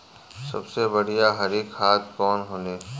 सबसे बढ़िया हरी खाद कवन होले?